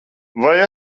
vai